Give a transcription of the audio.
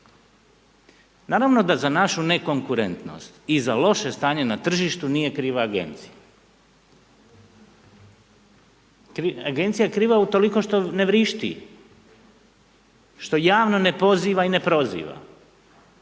Naravno da za našu ne konkurentnost i za loše stanje na tržištu nije kriva agencija. Agencija je kriva utoliko što ne vrišti, što javno ne poziva i ne proziva